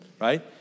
right